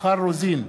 מיכל רוזין,